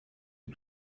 est